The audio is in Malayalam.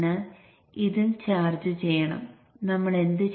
അതിനാൽ n2 ഇവിടെ വരുന്നു